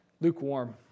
lukewarm